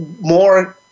more –